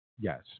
Yes